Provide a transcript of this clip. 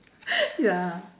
ya